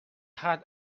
had